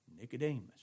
Nicodemus